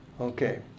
Okay